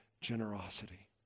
generosity